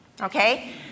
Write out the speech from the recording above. okay